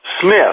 Smith